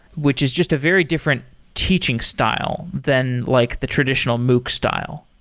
which is just a very different teaching style than like the traditional mooc style.